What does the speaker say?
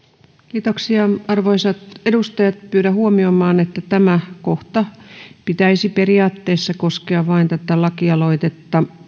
kiitoksia arvoisat edustajat pyydän huomioimaan että tämän kohdan pitäisi periaatteessa koskea vain tätä lakialoitetta